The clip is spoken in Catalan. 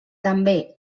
també